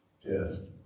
Yes